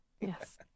Yes